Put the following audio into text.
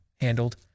handled